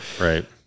Right